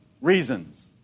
reasons